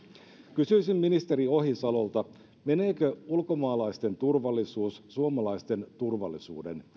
kysyisin ministeri ohisalolta meneekö ulkomaalaisten turvallisuus suomalaisten turvallisuuden